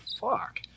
fuck